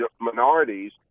minorities